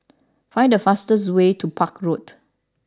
find the fastest way to Park Road